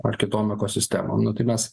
ar kitom ekosistemom nu tai mes